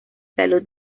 salud